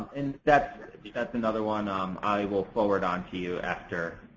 and that's that's another one um i will forward onto you after,